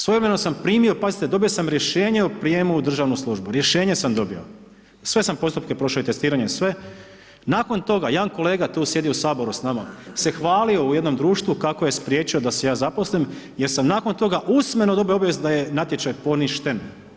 Svojevremeno sam primio, pazite dobio sam rješenje o prijemu u državnu službu, rješenje sam dobio, sve sam postupke prošao i testiranje i sve, nakon toga jedan kolega tu sjedi u saboru s nama, se hvalio u jednom društvu kako je spriječio da ja zaposlim, jer sam nakon toga usmeno dobio obavijest da je natječaj poništen.